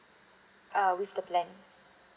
uh with the plan